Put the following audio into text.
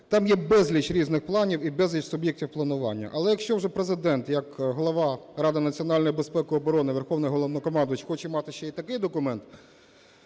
там є безліч різних планів, і безліч суб'єктів планування. Але, якщо вже Президент, як голова Ради національної безпеки і оборони, Верховний Головнокомандувач хоче мати ще і такий документ,